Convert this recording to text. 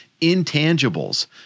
intangibles